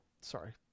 sorry